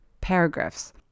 paragraphs